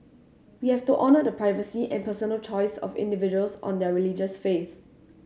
we have to honour the privacy and personal choice of individuals on their religious faith